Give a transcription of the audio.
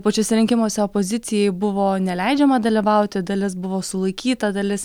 pačiuose rinkimuose opozicijai buvo neleidžiama dalyvauti dalis buvo sulaikyta dalis